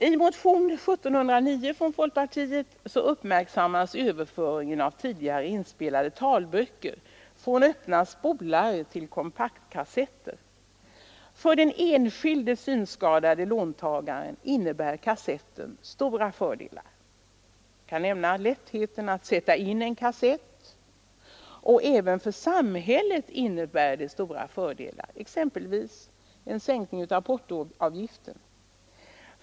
I motionen 1709 från folkpartiet uppmärksammas överföringen av tidigare inspelade talböcker från öppna spolar till kompaktkassetter. För den enskilde synskadade låntagaren innebär kassetten stora fördelar, t.ex. lättheten att sätta in en kassett. Även för samhället innebär kassetten stora fördelar, exempelvis en sänkning av portoavgiften.